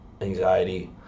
anxiety